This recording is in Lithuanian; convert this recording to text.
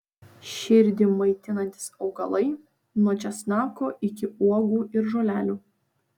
širdį maitinantys augalai nuo česnako iki uogų ir žolelių